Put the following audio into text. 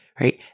right